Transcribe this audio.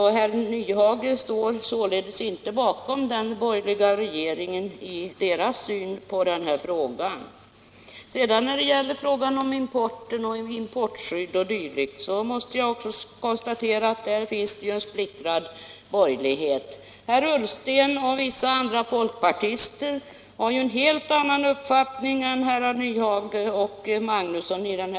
Herr Nyhage står alltså där inte bakom den borgerliga regeringens syn på frågan. Slutligen har jag också konstaterat att när det gäller importen av tekoprodukter och importskydd är de borgerliga splittrade. Herr Ullsten och vissa andra folkpartister har sålunda där en helt annan uppfattning än herrar Nyhage och Magnusson i Borås.